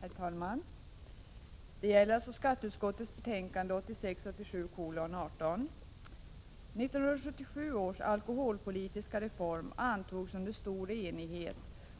Herr talman! Mitt anförande gäller skatteutskottets betänkande 1986/ 87:18. 1977 års alkoholpolitiska reform antogs under stor enighet,